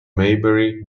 maybury